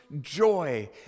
joy